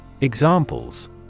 Examples